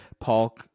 Paul